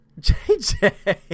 JJ